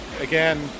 again